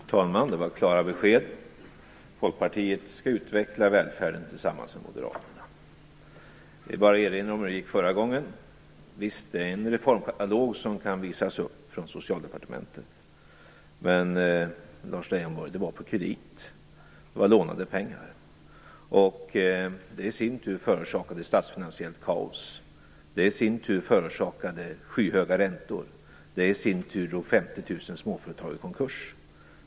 Fru talman! Det var klara besked. Folkpartiet skall alltså utveckla välfärden tillsammans med Moderaterna. Jag vill bara erinra om hur det gick förra gången. Visst, det är en reformkatalog som kan visas upp från Socialdepartementet. Men, Lars Leijonborg, det var på kredit. Det var lånade pengar. Det i sin tur förorsakade statsfinansiellt kaos. Det i sin tur förorsakade skyhöga räntor. Det i sin tur drog 50 000 småföretagare i konkurs.